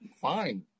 fine